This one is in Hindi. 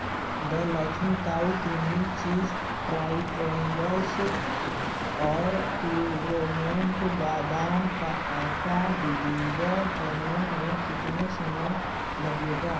the laughing cow creaming cheese triangles और प्युरामेंट बादाम का आटा डिलीवर करने में कितना समय लगेगा